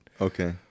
Okay